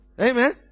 Amen